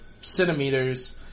centimeters